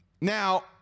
Now